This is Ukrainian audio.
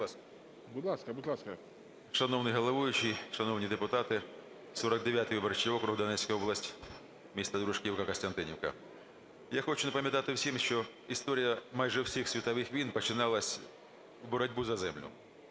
Будь ласка. 12:39:41 ГНАТЕНКО В.С. Шановний головуючий! Шановні депутати! 49 виборчий округ, Донецька область, місто Дружківка, Костянтинівка. Я хочу напам'ятати всім, що історія майже всіх світових війн починалася з боротьби за землю.